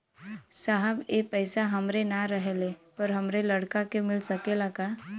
साहब ए पैसा हमरे ना रहले पर हमरे लड़का के मिल सकेला का?